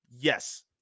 Yes